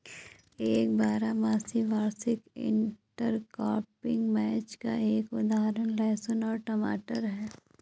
एक बारहमासी वार्षिक इंटरक्रॉपिंग मैच का एक उदाहरण लहसुन और टमाटर है